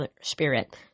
spirit